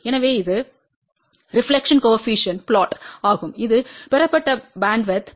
எனவே இது reflection coefficient plot ஆகும் இது பெறப்பட்ட பேண்ட்வித் 1